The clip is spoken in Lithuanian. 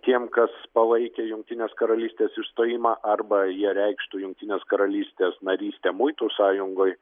tiem kas palaikė jungtinės karalystės išstojimą arba jie reikštų jungtinės karalystės narystę muitų sąjungoj